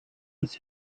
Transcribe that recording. with